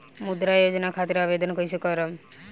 मुद्रा योजना खातिर आवेदन कईसे करेम?